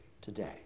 today